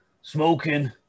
smoking